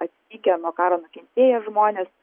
atvykę nuo karo nukentėję žmonės